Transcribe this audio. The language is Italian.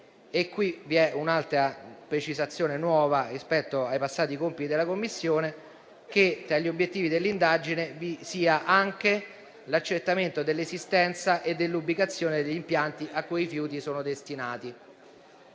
Qui vi è una precisazione nuova rispetto ai passati compiti della Commissione: tra gli obiettivi delle indagini è compreso anche l'accertamento dell'esistenza e dell'ubicazione degli impianti a cui i rifiuti sono destinati.